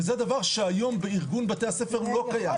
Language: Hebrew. וזה דבר שהיום בארגון בתי-הספר לא קיים,